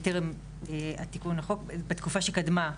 בתקופה שקדמה.